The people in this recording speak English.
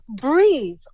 breathe